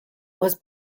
was